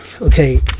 okay